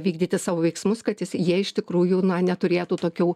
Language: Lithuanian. vykdyti savo veiksmus kad jis jie iš tikrųjų na neturėtų tokių